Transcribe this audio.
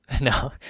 No